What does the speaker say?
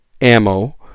ammo